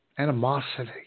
Animosity